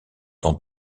dans